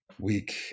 week